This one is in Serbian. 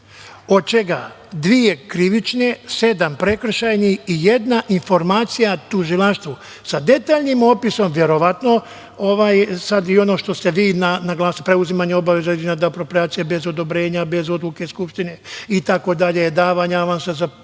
od čega dve krivične, sedam prekršajnih i jedna informacija tužilaštvu sa detaljnim opisom, verovatno sada i ono što ste vi naglasili, preuzimanje obaveza, određeno da aproprijacija bez odobrenja, bez odluke Skupštine itd. davanja avansa za puteve,